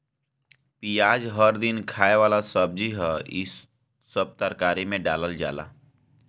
पियाज हर दिन खाए वाला सब्जी हअ, इ सब तरकारी में डालल जाला